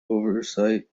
oversight